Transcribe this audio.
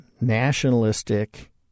nationalistic